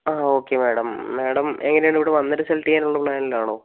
ആ okay madam എങ്ങനെയാണ് ഇവിടെ വന്നിട്ട് സെലക്ട് ചെയ്യാനുള്ള പ്ലാനിലാണോ